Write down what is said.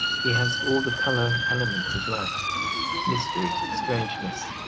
he has all the colour elements of life mystery, strangeness,